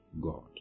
God